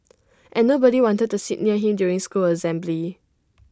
and nobody wanted to sit near him during school assembly